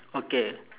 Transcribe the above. okay